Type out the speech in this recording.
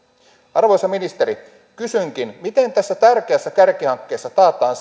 arvoisa ministeri kysynkin miten tässä tärkeässä kärkihankkeessa taataan